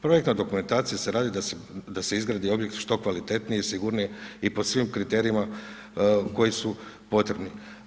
Projekta dokumentacija se radi da se izradi objekt što kvalitetnije i sigurnije i po svim kriterijima koji su potrebni.